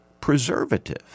preservative